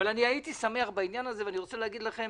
אבל הייתי שמח בעניין הזה ואני רוצה להגיד לכם,